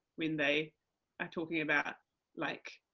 when they are talking about like,